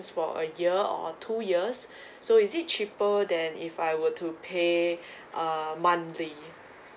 for a year or two years so is it cheaper than if I were to pay uh monthly